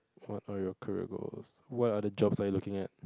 what are your career goals what are the jobs you are looking at